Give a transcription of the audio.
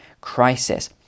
crisis